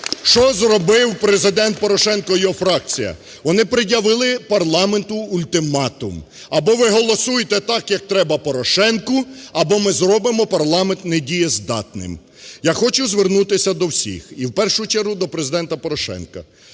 Що зробив Президент Порошенко і його фракція? Вони пред'явили парламенту ультиматум: або ви голосуєте так, як треба Порошенку, або ми зробимо парламент недієздатним. Я хочу звернутися до всіх і, в першу чергу, до Президента Порошенка.